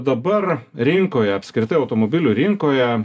dabar rinkoje apskritai automobilių rinkoje